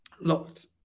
locked